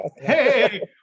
Hey